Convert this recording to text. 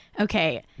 Okay